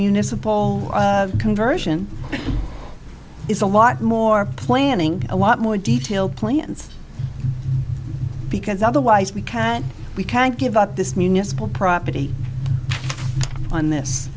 municipal conversion is a lot more planning a lot more detailed plans because otherwise we can't we can't give up this municipal property on this